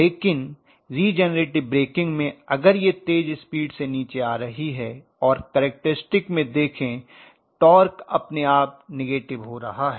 लेकिन regenerative braking में अगर यह तेज स्पीड से नीचे आ रही है और कैरेक्टरिस्टिक में देखें टॉर्क अपने आप नेगेटिव हो रहा है